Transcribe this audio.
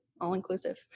All-inclusive